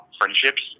friendships